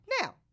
Now